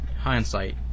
hindsight